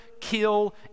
kill